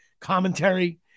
commentary